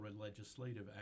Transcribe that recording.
legislative